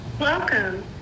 Welcome